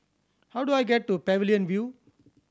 how do I get to Pavilion View